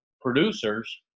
producers